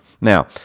Now